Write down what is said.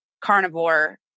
carnivore